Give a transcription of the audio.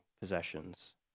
possessions